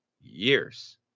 years